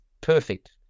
perfect